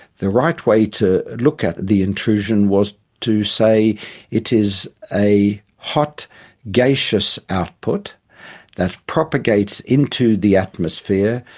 the right way to look at the intrusion was to say it is a hot gaseous output that propagates into the atmosphere,